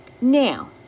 Now